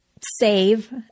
save